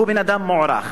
והוא בן-אדם מוערך.